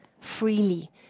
freely